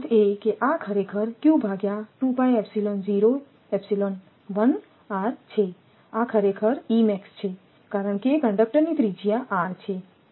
તેનો અર્થ એ કે આ ખરેખર છેઆ ખરેખર છે કારણ કે કંડક્ટરની ત્રિજ્યા r છે